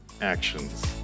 actions